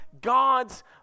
God's